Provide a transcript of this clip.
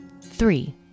three